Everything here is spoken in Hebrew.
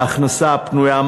ההכנסה הפנויה,